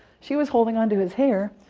she was holding onto his hair.